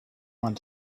want